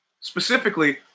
Specifically